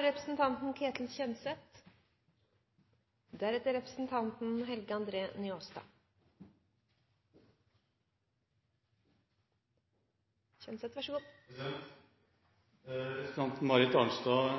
Representanten Marit Arnstad